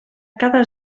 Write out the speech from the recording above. cada